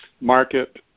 market